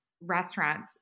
restaurants